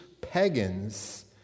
pagans